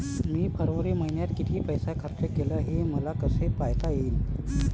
मी फरवरी मईन्यात कितीक पैसा खर्च केला, हे मले कसे पायता येईल?